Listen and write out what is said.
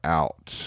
out